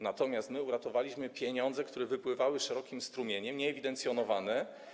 Natomiast uratowaliśmy pieniądze, które wypływały szerokim strumieniem, nieewidencjonowane.